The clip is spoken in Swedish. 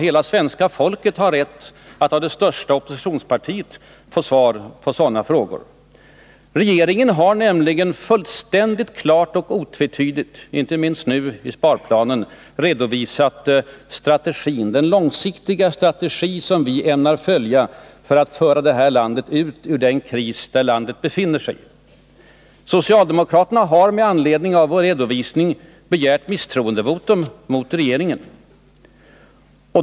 Hela svenska folket har rätt att av det största oppositionspartiet få svar på sådana frågor. Regeringen har nämligen fullständigt klart och otvetydigt — inte minst nu genom sparplanen — redovisat den långsiktiga strategi som vi ämnar följa för att föra det här landet ut ur den kris där landet befinner sig. Socialdemokraterna har med anledning av denna vår redovisning begärt misstroendevotum mot regeringen.